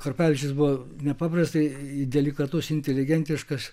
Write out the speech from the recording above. karpavičius buvo nepaprastai delikatus inteligentiškas